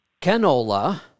Canola